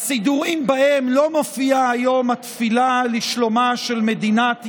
הסידורים שבהם לא מופיעה היום התפילה לשלומה של מדינת ישראל,